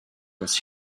was